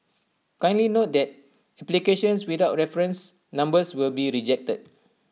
kindly note that applications without reference numbers will be rejected